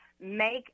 make